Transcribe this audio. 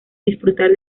disfrutar